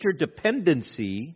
interdependency